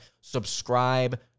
subscribe